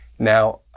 Now